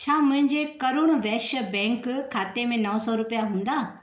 छा मुंहिंजे करुर वैश्य बैंक खाते में नौ सो रुपिया हूंदा